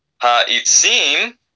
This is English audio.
Ha-Itzim